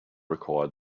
required